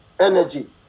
energy